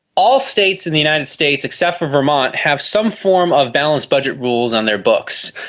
all states in the united states, except for vermont, have some form of balanced budget rules on their books,